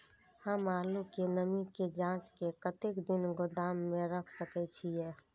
हम आलू के नमी के जाँच के कतेक दिन गोदाम में रख सके छीए?